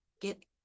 get